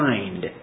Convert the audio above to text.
Mind